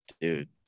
dude